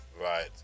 Right